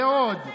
ועוד.